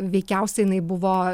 veikiausiai jinai buvo